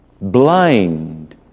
blind